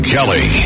Kelly